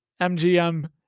mgm